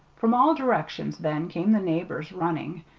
from all directions then came the neighbors running.